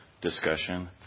discussion